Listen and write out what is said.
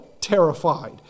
terrified